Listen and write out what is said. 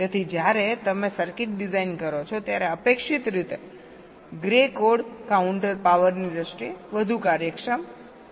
તેથી જ્યારે તમે સર્કિટ ડિઝાઇન કરો છો ત્યારે અપેક્ષિત રીતે ગ્રે કોડ કાઉન્ટર પાવરની દ્રષ્ટિએ વધુ કાર્યક્ષમ હશે